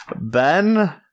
Ben